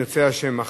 אם ירצה השם,